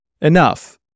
enough